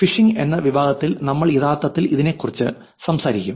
phishing എന്ന വിഭാഗത്തിൽ നമ്മൾ യഥാർത്ഥത്തിൽ ഇതിനെക്കുറിച്ച് സംസാരിക്കും